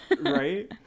right